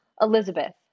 Elizabeth